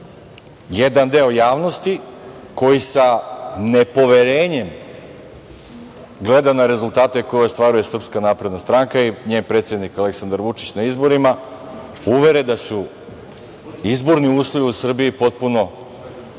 jedan deo javnosti koji sa nepoverenjem gleda na rezultate koje ostvaruje Srpska napredna stranka i njen predsednik Aleksandar Vučić na izborima uvere da su izborni uslovi u Srbiji potpuno